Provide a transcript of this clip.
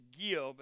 give